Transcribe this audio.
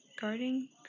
Gardening